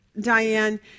Diane